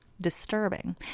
disturbing